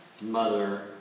mother